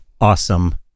awesome